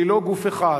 שהיא לא גוף אחד,